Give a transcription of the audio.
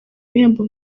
ibihembo